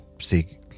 see